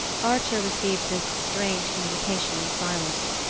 archer received this strange communication in silence.